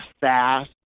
fast